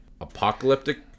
apocalyptic